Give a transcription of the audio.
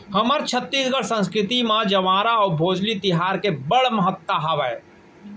हमर छत्तीसगढ़ी संस्कृति म जंवारा अउ भोजली तिहार के बड़ महत्ता हावय